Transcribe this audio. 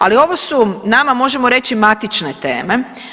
Ali ovo su nama, možemo reći, matične teme.